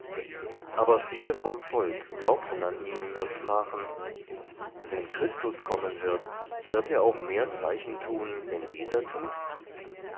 aber viele vom volk glaubten an ihn und sprachen wenn christus kommen wird wird er auch mehr zeichen tun denn dieser tut